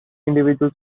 individual